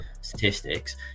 statistics